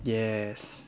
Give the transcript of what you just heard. yes